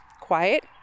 quiet